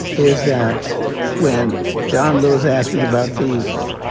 is that when john lewis asked me about these